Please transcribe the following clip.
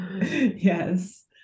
Yes